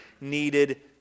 needed